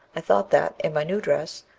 i thought that, in my new dress,